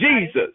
Jesus